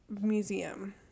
Museum